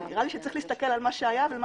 נראה לי שצריך להסתכל על מה שהיה ועל מה